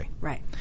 Right